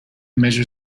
measure